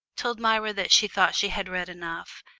told myra that she thought she had read enough,